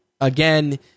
Again